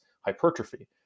hypertrophy